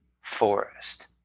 forest